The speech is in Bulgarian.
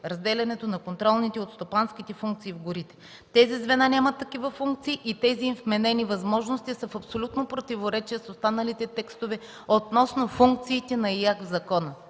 разделянето на контролните от стопанските функции в горите. Тези звена нямат такива функции и тези им вменени възможности са в абсолютно противоречие с останалите текстове относно функциите на Изпълнителната